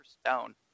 Stone